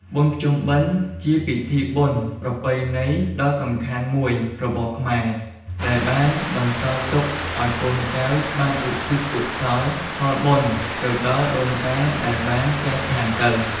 បុណ្យភ្ជុំបិណ្ឌ ជាពិធីបុណ្យប្រពៃណីដ៏សំខាន់មួយរបស់ខ្មែរ ដែលបានបន្សល់ទុកអោយកូនចៅបានឧទ្ទិសកុសលផលបុណ្យទៅដល់ដូនតាដែលបានចែកឋានទៅ។